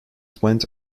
went